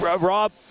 Rob